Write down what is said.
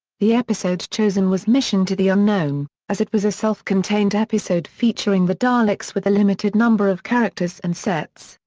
the episode chosen was mission to the unknown, as it was a self-contained episode featuring the daleks with a limited number of characters and sets,